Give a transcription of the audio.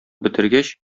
бетергәч